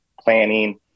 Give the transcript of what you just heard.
planning